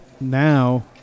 now